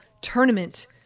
tournament